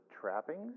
trappings